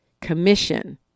Commission